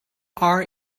are